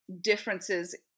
differences